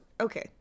Okay